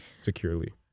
securely